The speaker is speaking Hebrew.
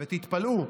תתפלאו,